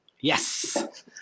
Yes